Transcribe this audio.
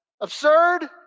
Absurd